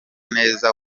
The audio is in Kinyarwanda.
neza